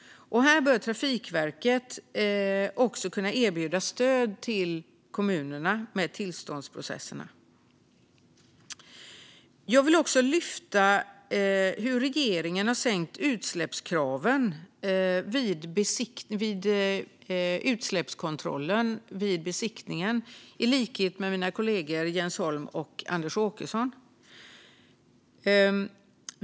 Här bör Trafikverket också kunna erbjuda stöd till kommunerna med tillståndsprocesserna. Jag vill i likhet med mina kollegor Jens Holm och Anders Åkesson lyfta upp hur regeringen har sänkt kraven vid utsläppskontrollen vid besiktningen.